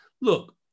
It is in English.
look